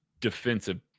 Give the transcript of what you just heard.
Defensive